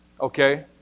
Okay